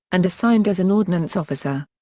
and assigned as an ordnance officer.